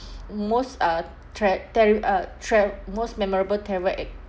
most uh tra~ tari~ uh tra~ most memorable travel ex~